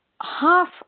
half